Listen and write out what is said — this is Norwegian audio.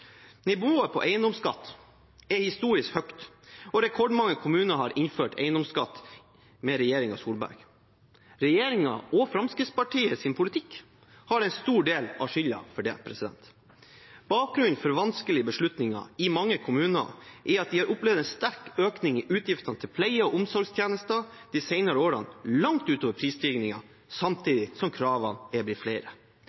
Nivået på eiendomsskatt er historisk høyt, og rekordmange kommuner har innført eiendomsskatt under regjeringen Solberg. Regjeringen og Fremskrittspartiets politikk har en stor del av skylden for det. Bakgrunnen for vanskelige beslutninger i mange kommuner er at de har opplevd en sterk økning i utgiftene til pleie- og omsorgstjenester de senere årene, langt utover